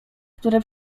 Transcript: które